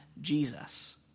Jesus